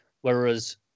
Whereas